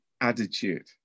Attitude